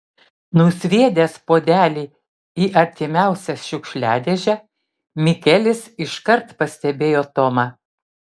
nusviedęs puodelį į artimiausią šiukšliadėžę mikelis iškart pastebėjo tomą